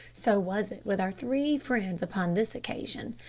so was it with our three friends upon this occasion.